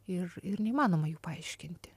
ir ir neįmanoma jų paaiškinti